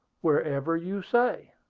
wherever you say.